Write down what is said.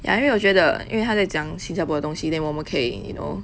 ya 因为我觉得因为他在讲新加坡的东西 then 我们可以 you know